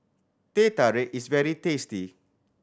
Teh Tarik is very tasty